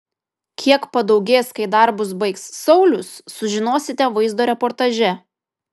kiek padaugės kai darbus baigs saulius sužinosite vaizdo reportaže